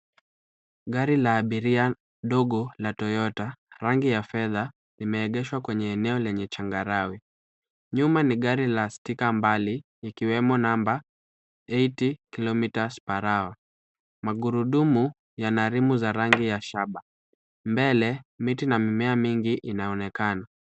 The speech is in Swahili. Gari la abiria dogo la Toyota, rangi ya fedha, imeegeshwa kwenye eneo lenye changarawe. Nyuma ni gari la stika mbali, ikiwemo namba eighty kilometers per hour . Magurudumu yana rimu za rangi ya shaba. Mbele, miti na mimea mingi inaonekana.